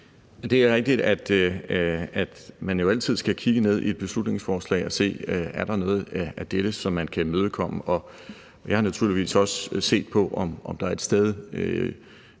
Det er rigtigt, at man jo altid skal kigge ned i et beslutningsforslag og se, om der er noget af det, som man kan imødekomme. Jeg har naturligvis også set på, om der et sted